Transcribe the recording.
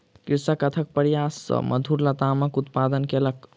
कृषक अथक प्रयास सॅ मधुर लतामक उत्पादन कयलक